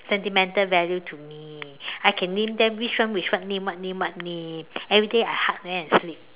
sentimental value to me I can name them which one which one name what name what name everyday I hug them and sleep